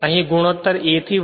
તે અહીં ગુણોત્તર a થી 1 છે